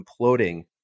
imploding